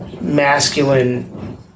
masculine